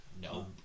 No